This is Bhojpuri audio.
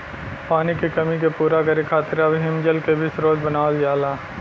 पानी के कमी के पूरा करे खातिर अब हिमजल के भी स्रोत बनावल जाला